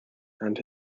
and